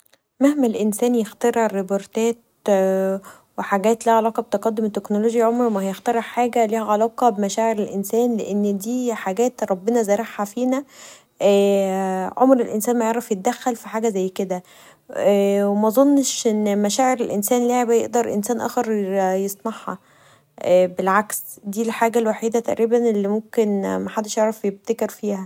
مهما الإنسان يخترع ريبورتات و حاجات ليها علاقه بتقدم التكنولوجيا عمره ما هيخترع حاجه ليها علاقه بمشاعر الانسان لان دي حاجات ربنا زارعها فينا عمر الانسان ما يعرف يدخل في حاجه زي كدا و مظنش ان مشاعر الانسان لعبه يقدر انسان آخر يصنعها بالعكس دي الحاجه الوحيده تقريبا اللي ممكن محدش يعرف يبتكر فيها.